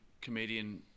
comedian